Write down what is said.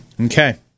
Okay